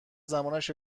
زمانش